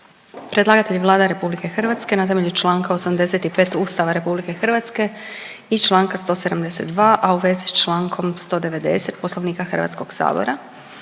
Predlagatelj je Vlada RH na temelju Članka 85. Ustava RH i Članka 172., a u vezi s Člankom 190. Poslovnika Hrvatskog sabora.